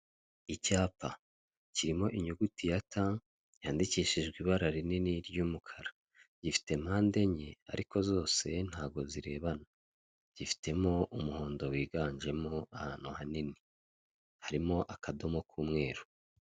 Icyapa kirimo inyuguti ya ta yandikishijwe ibara rinini ry'umukara, gifite mpande enye ariko zose ntabwo zirebana. Gifitemo umuhondo wiganjemo munini ahantu hanini harimo akadoo k'umweru.